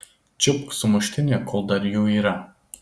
čiupk sumuštinį kol dar jų yra